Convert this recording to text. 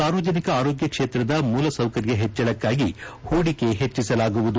ಸಾರ್ವಜನಿಕ ಆರೋಗ್ಯ ಕ್ಷೇತ್ರದ ಮೂಲ ಸೌಕರ್ಯ ಹೆಚ್ಚಳಕ್ಕಾಗಿ ಹೂಡಿಕೆ ಹೆಚ್ಚಿಸಲಾಗುವುದು